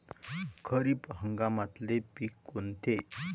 खरीप हंगामातले पिकं कोनते?